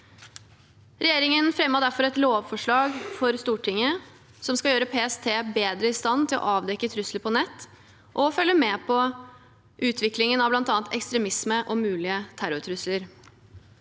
Regjeringen fremmet derfor et lovforslag for Stortinget som skal gjøre PST bedre i stand til å avdekke trusler på nett og å følge med på utviklingen av bl.a. ekstremisme og mulige terrortrusler.